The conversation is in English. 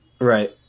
right